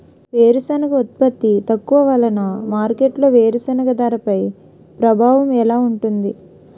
వేరుసెనగ ఉత్పత్తి తక్కువ వలన మార్కెట్లో వేరుసెనగ ధరపై ప్రభావం ఎలా ఉంటుంది?